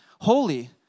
holy